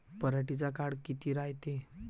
पराटीचा काळ किती रायते?